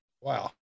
Wow